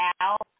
out